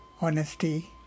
Honesty